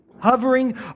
hovering